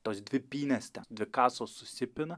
tos dvi pynės ten dvi kasos susipina